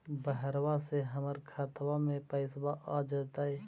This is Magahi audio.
बहरबा से हमर खातबा में पैसाबा आ जैतय?